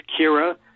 Kira